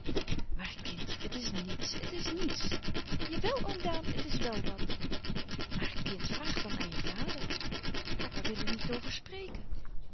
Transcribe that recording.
maar kind het is niets het is niets jawel oom daan het is wel wat maar kind vraag het dan aan je vader papa wil er niet over spreken